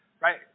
right